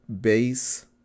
base